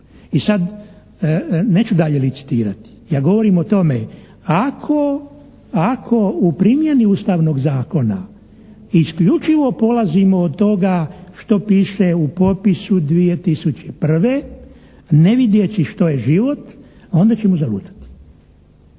I sada neću dalje licitirati. Ja govorim o tome ako u primjeni ustavnog zakona isključivo polazimo od toga što piše u popisu 2001. ne vidjeći što je život, onda ćemo zalutati.